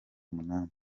umunani